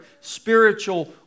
spiritual